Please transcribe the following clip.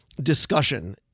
discussion